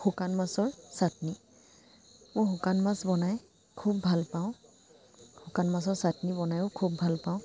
শুকান মাছৰ চাটনি মই শুকান মাছ বনাই খুব ভাল পাওঁ শুকান মাছৰ চাটনি বনায়ো খুব ভাল পাওঁ